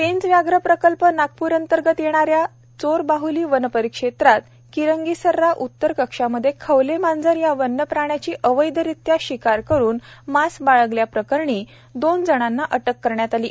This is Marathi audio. पेंच व्याघ्र प्रकल्प नागपूर अंतर्गत येणाऱ्या चोरबाहली वनपरिक्षेत्रात किरंगीसर्रा उत्तर कक्ष मध्ये खवले मांजर या वन्यप्राण्याची अवैधरित्या शिकार करून मांस बाळगल्याप्रकरणी दोन जणांना अटक करण्यात आली आहे